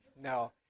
no